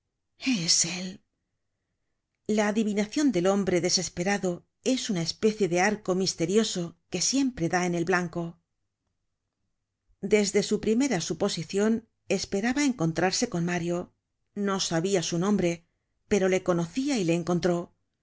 es él la adivinacion del hombre desesperado es una especie de arco misterioso que siempre da en el blanco desde su primera suposicion esperaba encontrarse con mario no sabia su nombre pero le conocia y le encontró